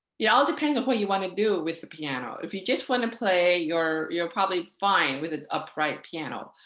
yeah all depends on what you want to do with the piano. if you just want to play you're you're probably fine with upright piano.